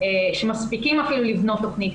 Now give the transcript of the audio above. שמספיקים אפילו לבנות תכנית.